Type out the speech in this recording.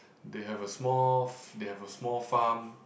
they have a small f~ they have a small farm